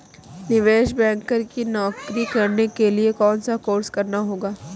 निवेश बैंकर की नौकरी करने के लिए कौनसा कोर्स करना होगा?